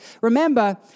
remember